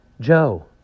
Joe